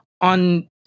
On